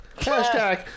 Hashtag